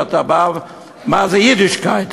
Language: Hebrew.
מה זה יידישקייט,